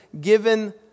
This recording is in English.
given